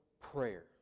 prayer